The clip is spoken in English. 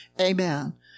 Amen